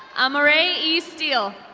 amaray istiel.